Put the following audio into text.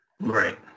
Right